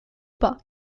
pas